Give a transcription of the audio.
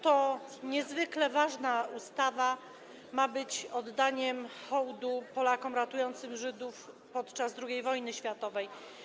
Ta niezwykle ważna ustawa ma być oddaniem hołdu Polakom ratującym Żydów podczas II wojny światowej.